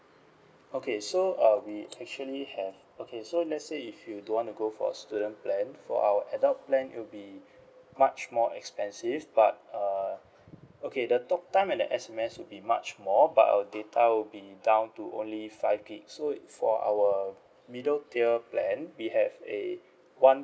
okay so uh we actually have okay so let's say if you don't want to go for a student plan for our adult plan it will be much more expensive but uh okay the talk time and the S_M_S will be much more but our data will be down to only five gig so for our middle tier plan we have a one